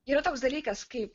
yra toks dalykas kaip